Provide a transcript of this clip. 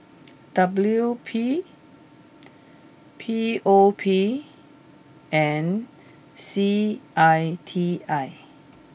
W P P O P and C I T I